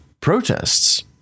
protests